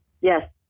Yes